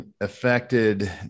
affected